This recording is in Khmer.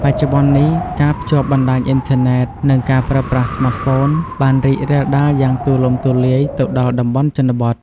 បច្ចុប្បន្ននេះ ការភ្ជាប់បណ្ដាញអ៊ីនធឺណិត និង ការប្រើប្រាស់ស្មាតហ្វូន បានរីករាលដាលយ៉ាងទូលំទូលាយទៅដល់តំបន់ជនបទ។